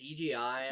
CGI